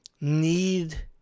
need